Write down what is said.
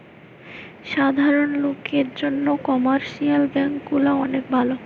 সাধারণ লোকের জন্যে কমার্শিয়াল ব্যাঙ্ক গুলা অনেক ভালো